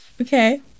Okay